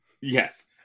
Yes